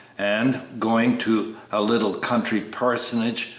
and, going to a little country parsonage,